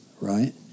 right